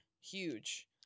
huge